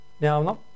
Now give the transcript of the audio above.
Now